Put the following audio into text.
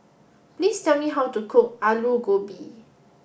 please tell me how to cook Aloo Gobi